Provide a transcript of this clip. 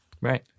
Right